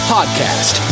Podcast